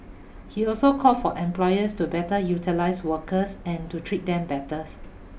he also called for employers to better utilize workers and to treat them